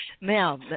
Now